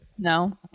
no